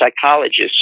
psychologists